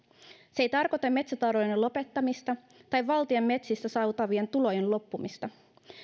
se ei tarkoita metsätalouden lopettamista tai valtion metsistä saatavien tulojen loppumista